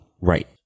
Right